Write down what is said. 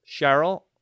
Cheryl